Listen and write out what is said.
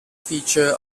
feature